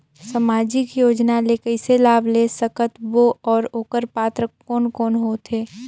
समाजिक योजना ले कइसे लाभ ले सकत बो और ओकर पात्र कोन कोन हो थे?